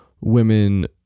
women